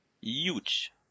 huge